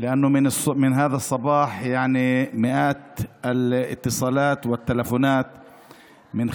מהבוקר הזה יש מאות שיחות וטלפונים מצידם של